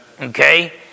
Okay